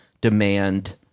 demand